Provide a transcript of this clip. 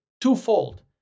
twofold